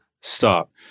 stop